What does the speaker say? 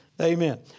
Amen